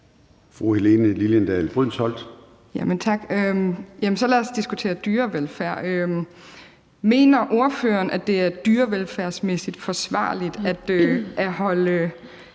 Helene Liliendahl Brydensholt (ALT): Tak. Jamen så lad os diskutere dyrevelfærd. Mener ordføreren, det er dyrevelfærdsmæssigt forsvarligt at holde